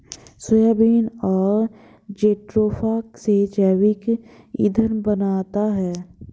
soybean और jatropha से जैविक ईंधन बनता है